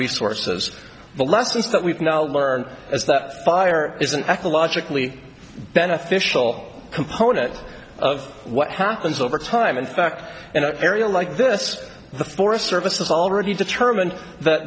resources the lessons that we've now learned is that fire is an ecologically beneficial component of what happens over time in fact in an area like this the forest service has already determined that